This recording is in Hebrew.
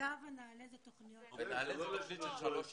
נעל"ה זו תוכנית של שלוש שנים.